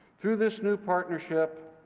through this new partnership,